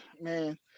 man